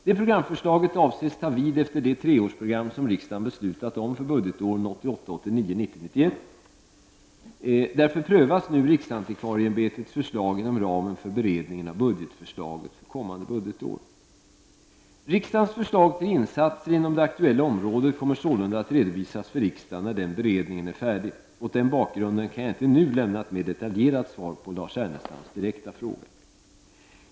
Det programförslaget avses ta vid efter det treårsprogram som riksdagen beslutat om för budgetåren 1988 91 (prop. 1987/88:104, Regeringens förslag till insatser inom det aktuella området kommer sålunda att redovisas för riksdagen när den beredningen är färdig. Mot den bakgrunden kan jag inte nu lämna ett mer detaljerat svar på Lars Ernestams direkta fråga.